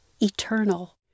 eternal